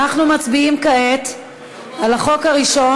אנחנו מצביעים כעת על החוק הראשון,